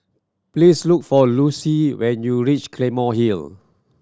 please look for Lossie when you reach Claymore Hill